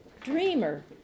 dreamer